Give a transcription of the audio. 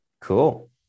Cool